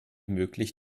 möglich